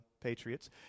Patriots